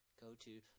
Go-to